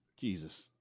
Jesus